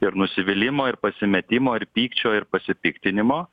ir nusivylimo ir pasimetimo ir pykčio ir pasipiktinimo